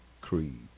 creed